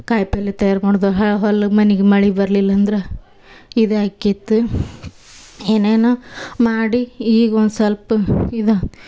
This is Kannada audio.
ಕಾಯಿ ಪಲ್ಯ ತಯಾರು ಮಾಡುವುದು ಹೊಲ ಮನಿಗೆ ಮಳೆ ಬರಲಿಲ್ಲ ಅಂದ್ರೆ ಇದೆ ಆಕ್ಕಿತ್ತು ಏನೇನೋ ಮಾಡಿ ಈಗ ಒಂದು ಸಲ್ಪ ಇದು